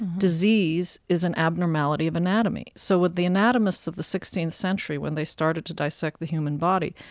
disease is an abnormality of anatomy. so with the anatomists of the sixteenth century, when they started to dissect the human body,